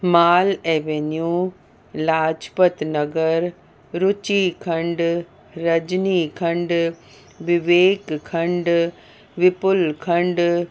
mall avenue Lajpat Nagar Ruchi Khand Rajni Khand Vivek Khand Vipul खंड